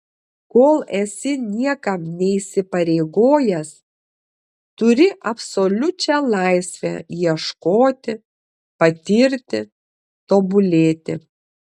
kol esi niekam neįsipareigojęs turi absoliučią laisvę ieškoti patirti tobulėti